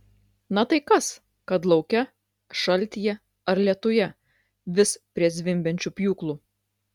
na tai kas kad lauke šaltyje ar lietuje vis prie zvimbiančių pjūklų